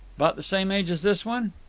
about the same age as this one?